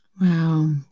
Wow